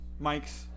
Mike's